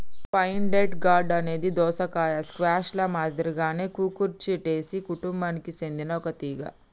pointed gourd అనేది దోసకాయ, squash ల మాదిరిగానే కుకుర్చిటేసి కుటుంబానికి సెందిన ఒక తీగ